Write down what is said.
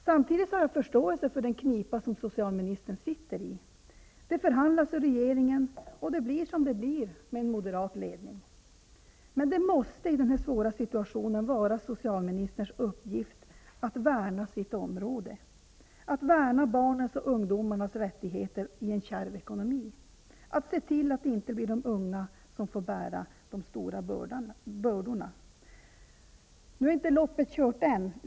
Samtidigt har jag förståelse för den knipa socialministern sitter i. Det förhandlas i regeringen, och det blir som det blir med en moderat ledning. Det måste i denna svåra situation vara socialministerns uppgift att värna sitt område, att värna barnens och ungdomarnas rättigheter i en kärv ekonomi, att se till att det inte blir de unga som får bära de stora bördorna. Loppet är inte kört än.